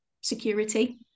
security